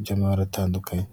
by'amari atandukanye.